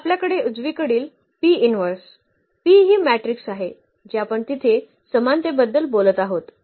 तर आपल्याकडे उजवीकडील P ही मॅट्रिक्स आहे जी आपण तिथे समानतेबद्दल बोलत आहोत